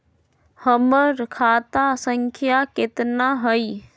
हमर खाता संख्या केतना हई?